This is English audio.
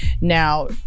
Now